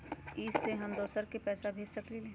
इ सेऐ हम दुसर पर पैसा भेज सकील?